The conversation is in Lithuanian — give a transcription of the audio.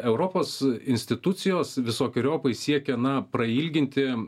europos institucijos visokeriopai siekia na prailginti